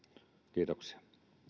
kiitoksia